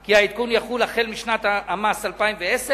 כי העדכון יחול משנת המס 2010,